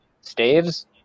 staves